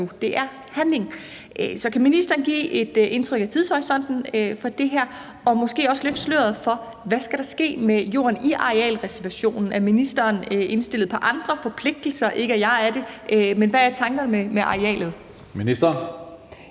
nu, er handling. Så kan ministeren give et indtryk af tidshorisonten for det her og måske også løfte sløret for, hvad der skal ske med jorden i arealreservationen? Er ministeren forpligtet af andet? Ikke, at jeg er det. Hvad er tankerne med arealet? Kl.